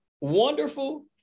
wonderful